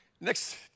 next